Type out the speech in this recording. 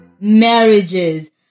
marriages